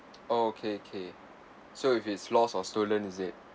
oh okay okay so if it's lost or stolen is it